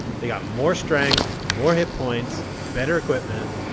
they've got more strength, more hit points, better equipment.